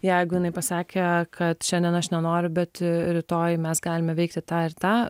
jeigu jinai pasakė kad šiandien aš nenoriu bet rytoj mes galime veikti tą ir tą